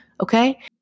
Okay